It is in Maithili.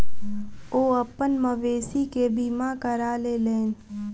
ओ अपन मवेशी के बीमा करा लेलैन